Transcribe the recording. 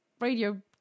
radio